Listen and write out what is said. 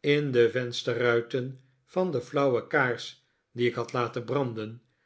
in de vensterruiten van de flauwe kaars die ik had laten branden